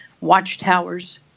watchtowers